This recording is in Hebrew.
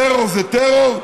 טרור זה טרור,